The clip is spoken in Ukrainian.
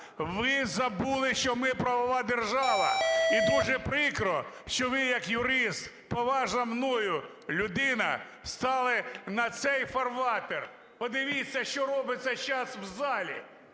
ви забули, що ми правова держава, і дуже прикро, що ви як юрист, поважна мною людина, стали на цей фарватер. Подивіться, що робиться сейчас в залі!